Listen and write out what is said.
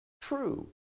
true